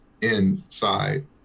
inside